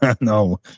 no